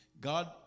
God